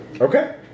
Okay